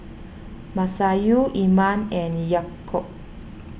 Masayu Iman and Yaakob